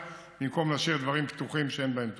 במקום להשאיר דברים פתוחים שאין בהם תועלת.